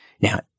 Now